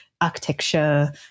architecture